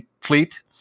Fleet